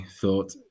thought